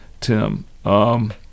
Tim